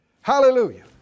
Hallelujah